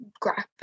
graphic